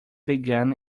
begun